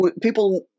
people